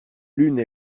l’une